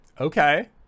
Okay